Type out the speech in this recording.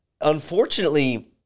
unfortunately